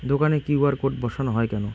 দোকানে QR code বসানো হয় কেন?